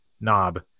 knob